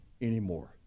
anymore